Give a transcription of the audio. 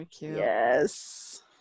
yes